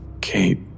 Kate